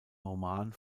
roman